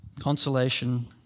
consolation